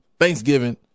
Thanksgiving